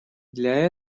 для